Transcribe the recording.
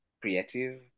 creative